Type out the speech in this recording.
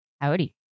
Howdy